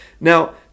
Now